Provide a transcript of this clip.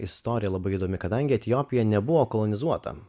istorija labai įdomi kadangi etiopija nebuvo kolonizuota